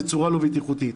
בצורה לא בטיחותית.